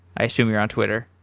i assume you're on twitter.